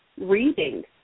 reading